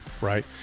right